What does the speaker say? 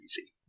easy